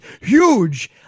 huge